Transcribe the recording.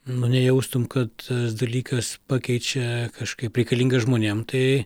nu nejaustum kad tas dalykas pakeičia kažkaip reikalingas žmonėm tai